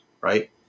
right